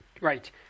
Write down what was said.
Right